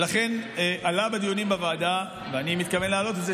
ולכן עלה בדיונים בוועדה ואני מתכוון להעלות את זה